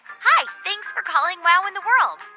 hi. thanks for calling wow in the world.